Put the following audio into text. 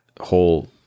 whole